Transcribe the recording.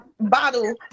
bottle